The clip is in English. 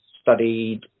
studied